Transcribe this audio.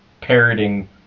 parroting